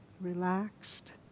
Relaxed